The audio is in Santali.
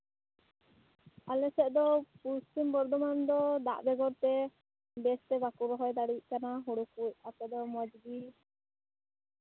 ᱟᱞᱮ ᱥᱮᱫ ᱫᱚ ᱯᱚᱥᱪᱤᱢ ᱵᱚᱨᱫᱷᱚᱢᱟᱱ ᱨᱮᱫᱚ ᱫᱟᱜ ᱵᱮᱜᱚᱨ ᱛᱮ ᱵᱮᱥ ᱛᱮ ᱵᱟᱠᱚ ᱨᱚᱦᱚᱭ ᱫᱟᱲᱮᱭᱟᱜ ᱠᱟᱱᱟ ᱦᱩᱲᱩ ᱠᱚ ᱟᱯᱮ ᱫᱚ ᱢᱚᱡᱽ ᱜᱮ